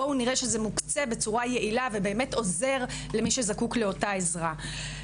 בואו נראה שזה מוקצה בצורה יעילה ובאמת עוזר למי שזקוק לאותה עזרה.